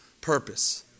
purpose